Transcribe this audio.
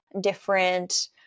different